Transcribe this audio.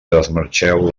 desmarxeu